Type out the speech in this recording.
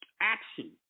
action